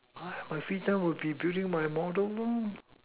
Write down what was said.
my free time will be building my model no